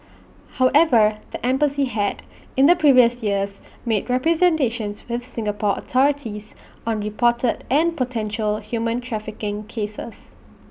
however the embassy had in the previous years made representations with Singapore authorities on reported and potential human trafficking cases